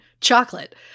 chocolate